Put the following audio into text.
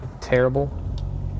terrible